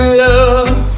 love